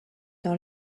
dans